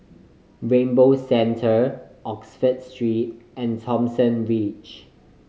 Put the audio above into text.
Rainbow Centre Oxford Street and Thomson Ridge